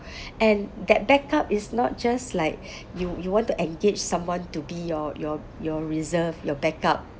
and that backup is not just like you you want to engage someone to be your your your reserve your backup